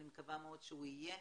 אני מקווה מאוד שהוא יהיה,